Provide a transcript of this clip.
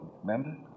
Remember